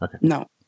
no